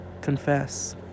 confess